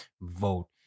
vote